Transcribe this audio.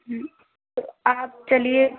तो आप चलिए